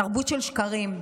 תרבות של שקרים.